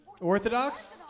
Orthodox